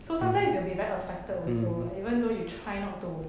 so sometimes you will be very affected also [what] even though you try not to